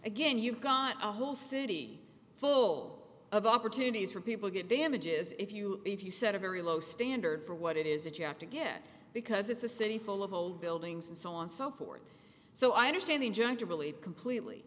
again you've got a whole city full of opportunities for people get damages if you if you set a very low standard for what it is that you have to get because it's a city full of old buildings and so on and so forth so i understand the judge really completely